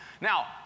Now